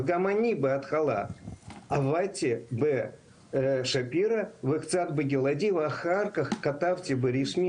וגם אני בהתחלה עבדתי בשפירא וקצת בגלעדי ואחר כך כתבתי ברשמי